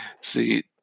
See